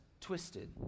twisted